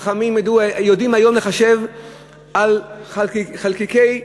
חכמים יודעים היום לחשב על חלקיקי